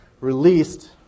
released